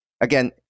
again